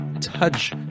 touch